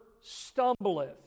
stumbleth